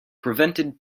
prevented